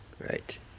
right